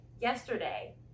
yesterday